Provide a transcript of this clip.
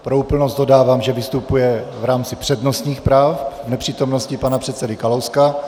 Pro úplnost dodávám, že vystupuje v rámci přednostních práv v nepřítomnosti pana předsedy Kalouska.